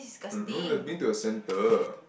um no you have to bring to the centre